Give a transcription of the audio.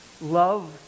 love